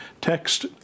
text